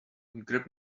grab